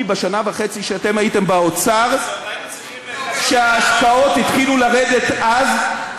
בשנה וחצי שאתם הייתם באוצר: שההשקעות התחילו לרדת אז,